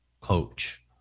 coach